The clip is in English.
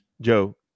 Joe